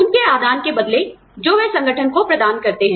उनके आदान के बदले जो वह संगठन को प्रदान करते हैं